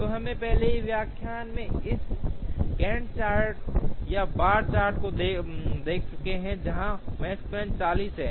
तो हम पहले ही व्याख्यान में इस गैन्ट चार्ट या बार चार्ट को देख चुके हैं जहां Makespan 40 है